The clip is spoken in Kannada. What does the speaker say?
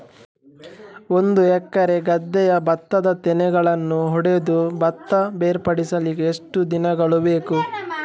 ಒಂದು ಎಕರೆ ಗದ್ದೆಯ ಭತ್ತದ ತೆನೆಗಳನ್ನು ಹೊಡೆದು ಭತ್ತ ಬೇರ್ಪಡಿಸಲಿಕ್ಕೆ ಎಷ್ಟು ದಿನಗಳು ಬೇಕು?